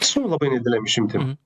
su labai nedidelėm išimtim